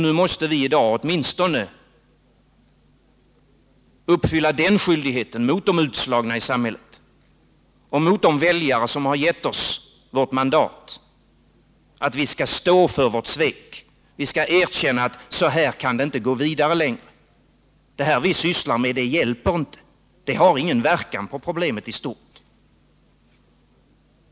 I dag måste vi åtminstone uppfylla den skyldigheten mot de utslagna i samhället och mot de väljare som gett oss vårt mandat att stå för vårt svek: Vi skall erkänna att så här kan det inte gå vidare; de åtgärder vi sysslar med har ingen verkan på problemet i stort.